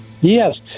Yes